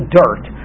dirt